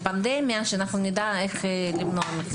כדי שאנחנו נדע איך למנוע מצבים כאלה.